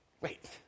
Wait